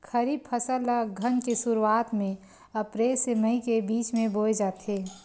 खरीफ फसल ला अघ्घन के शुरुआत में, अप्रेल से मई के बिच में बोए जाथे